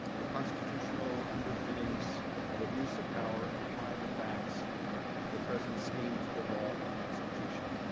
the constitutional underpinnings of abuse of power and apply the facts of the president's scheme to the law and constitution.